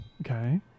Okay